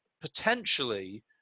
potentially